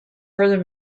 further